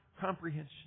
comprehension